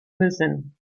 müssen